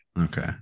Okay